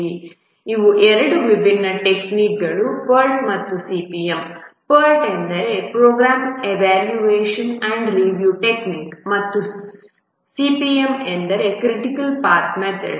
ಇವು ಎರಡು ವಿಭಿನ್ನ ಟೆಕ್ನಿಕ್ಗಳು PERT ಮತ್ತು CPM PERT ಎಂದರೆ program evaluation and review technique ಮತ್ತು CPM ಎಂದರೆ ಕ್ರಿಟಿಕಲ್ ಪಾಥ ಮೆಥಡ್